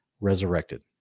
resurrected